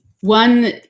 one